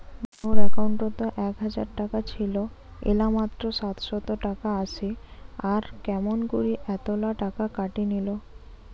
মোর একাউন্টত এক হাজার টাকা ছিল এলা মাত্র সাতশত টাকা আসে আর কেমন করি এতলা টাকা কাটি নিল?